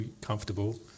comfortable